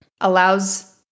allows